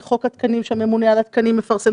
חוק התקנים שהממונה על התקנים מפרסם.